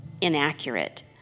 inaccurate